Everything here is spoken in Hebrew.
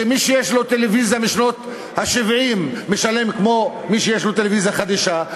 שמי שיש לו טלוויזיה משנות ה-70 משלם כמו מי שיש לו טלוויזיה חדשה,